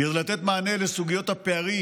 כדי לתת מענה לסוגיות הפערים,